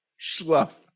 Schluff